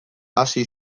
hasi